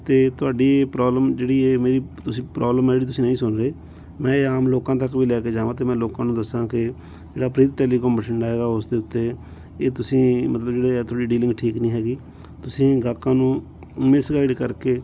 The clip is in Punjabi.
ਅਤੇ ਤੁਹਾਡੀ ਪ੍ਰੋਬਲਮ ਜਿਹੜੀ ਇਹ ਮੇਰੀ ਤੁਸੀਂ ਪ੍ਰੋਬਲਮ ਹੈ ਜਿਹੜੀ ਤੁਸੀਂ ਨਹੀਂ ਸੁਣ ਰਹੇ ਮੈਂ ਇਹ ਆਮ ਲੋਕਾਂ ਤੱਕ ਵੀ ਲੈ ਕੇ ਜਾਵਾਂ ਅਤੇ ਮੈਂ ਲੋਕਾਂ ਨੂੰ ਦੱਸਾਂ ਕਿ ਜਿਹੜਾ ਪ੍ਰੀਤ ਟੈਲੀਕੋਮ ਬਠਿੰਡਾ ਹੈਗਾ ਉਸ ਦੇ ਉੱਤੇ ਇਹ ਤੁਸੀਂ ਮਤਲਬ ਜਿਹੜੇ ਹੈ ਤੁਹਾਡੀ ਡੀਲਿੰਗ ਠੀਕ ਨਹੀਂ ਹੈਗੀ ਤੁਸੀਂ ਗ੍ਰਾਹਕਾਂ ਨੂੰ ਮਿਸਗਾਈਡ ਕਰਕੇ